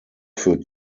für